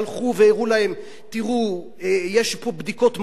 והלכו והראו להם: תראו, יש פה בדיקות מדעיות,